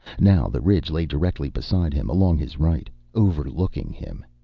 now the ridge lay directly beside him, along his right. overlooking him.